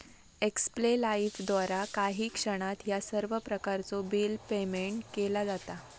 एक्स्पे लाइफद्वारा काही क्षणात ह्या सर्व प्रकारचो बिल पेयमेन्ट केला जाता